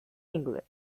england